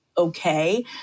okay